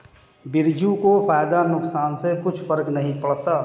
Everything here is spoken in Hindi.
बिरजू को फायदा नुकसान से कुछ फर्क नहीं पड़ता